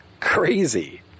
crazy